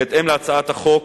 בהתאם להצעת החוק,